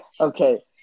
Okay